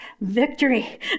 victory